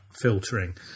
filtering